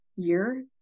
year